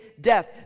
death